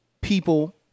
people